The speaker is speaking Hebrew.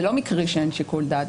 זה לא מקרי שאין שיקול דעת.